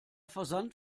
versand